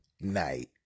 night